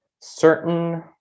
certain